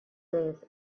days